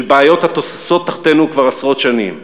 של בעיות התוססות תחתינו כבר עשרות שנים.